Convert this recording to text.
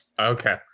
Okay